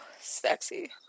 sexy